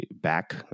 back